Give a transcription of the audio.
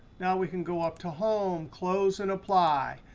now we can go up to home, close, and apply.